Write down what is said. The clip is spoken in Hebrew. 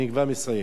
אני כבר מסיים.